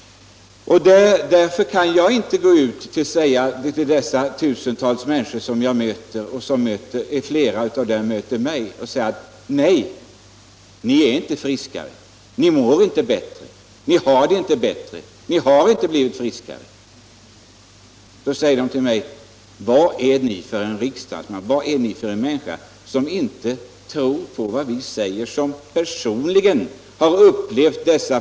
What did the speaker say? Jag bör därför inte säga till dessa tusentals människor: Nej, ni har inte blivit friska! Ni mår inte bättre! De skulle i så fall fråga mig: Vad är ni för en riksdagsman och för en människa, som inte tror på oss som personligen så intensivt har upplevt detta?